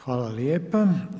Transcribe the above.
Hvala lijepo.